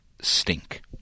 stink